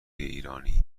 ایرانی